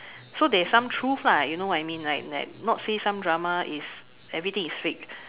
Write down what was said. so there is some truth lah you know what I mean like like not say some drama is everything is fake